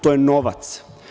To je novac.